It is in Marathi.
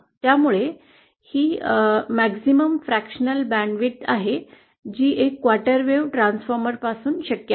त्यामुळे ही कमाल अंशतः बँड ची रुंदी आहे जी क्वार्टर वेव्ह ट्रान्सफॉर्मर पासून शक्य आहे